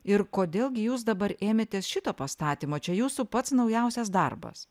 ir kodėl gi jūs dabar ėmėtės šito pastatymo čia jūsų pats naujausias darbas